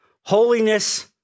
Holiness